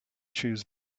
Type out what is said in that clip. choose